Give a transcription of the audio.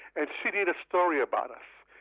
and she did a story about us.